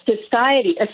society